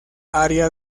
área